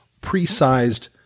pre-sized